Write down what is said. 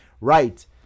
Right